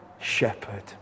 shepherd